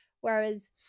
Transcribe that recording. Whereas